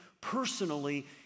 personally